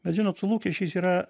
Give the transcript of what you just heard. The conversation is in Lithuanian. bet žinot su lūkesčiais yra